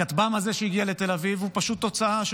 הכטב"ם הזה שהגיע לתל אביב הוא פשוט תוצאה של